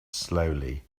slowly